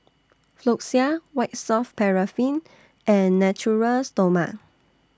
Floxia White Soft Paraffin and Natura Stoma